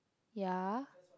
ya